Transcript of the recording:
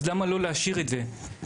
למה לא להשאיר את זה?"